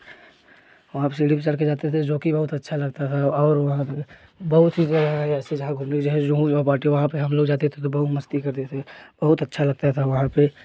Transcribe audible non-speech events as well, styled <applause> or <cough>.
वहाँ पर सीढ़ी पर चढ़ कर जाते थे जो कि बहुत अच्छा लगता था और वहाँ पर बहुत सी जगहें हैं ऐसी जहाँ घूमने <unintelligible> वहाँ पर हम लोग जाते थे तो बहुत मस्ती करते थे बहुत अच्छा लगता था वहाँ पर